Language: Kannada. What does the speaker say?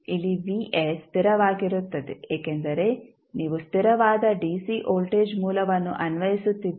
ಇಲ್ಲಿ ಸ್ಥಿರವಾಗಿರುತ್ತದೆ ಏಕೆಂದರೆ ನೀವು ಸ್ಥಿರವಾದ ಡಿಸಿ ವೋಲ್ಟೇಜ್ ಮೂಲವನ್ನು ಅನ್ವಯಿಸುತ್ತಿದ್ದೀರಿ